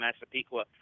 Massapequa